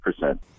percent